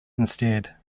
instead